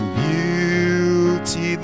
beauty